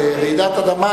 רעידת אדמה,